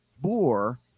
boar